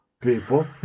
People